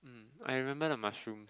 I remember the mushroom